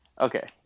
Okay